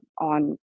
on